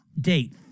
date